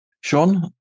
Sean